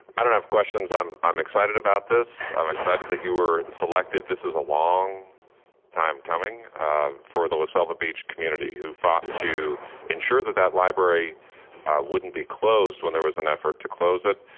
i don't have questions. i'm i'm excited about this. i'm excited that you were selected. this is a long time coming for the la selva beach community who fought to ensure that that library wouldn't be closed when there was an effort to close it.